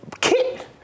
kit